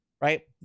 Right